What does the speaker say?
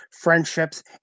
friendships